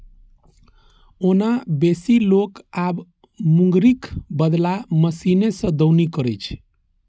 ओना बेसी लोक आब मूंगरीक बदला मशीने सं दौनी करै छै